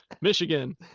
michigan